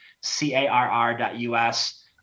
C-A-R-R.us